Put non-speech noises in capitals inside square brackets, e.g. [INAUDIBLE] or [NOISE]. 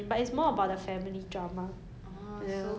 fight for 那些家产 [NOISE]